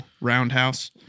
Roundhouse